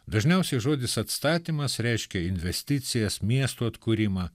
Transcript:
dažniausiai žodis atstatymas reiškia investicijas miestų atkūrimą